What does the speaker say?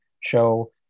show